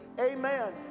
amen